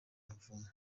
umuvumo